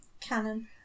canon